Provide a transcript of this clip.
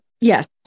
Yes